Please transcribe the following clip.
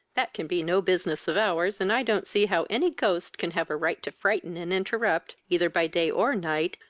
that can be no business of ours, and i don't see how any ghost can have a right to frighten and interrupt, either by day or night,